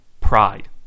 pride